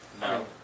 No